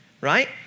right